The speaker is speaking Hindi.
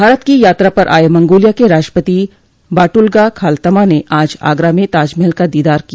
भारत की यात्रा पर आये मंगोलिया के राष्ट्रपति बादूल्गा खालतमा ने आज आगरा में ताजमहल का दीदार किया